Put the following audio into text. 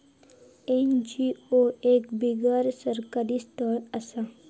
NGO एक बिगर सरकारी संस्था असता